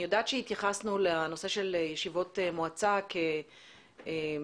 אני יודעת שהתייחסנו לנושא של ישיבות מועצה ככינוס